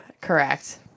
correct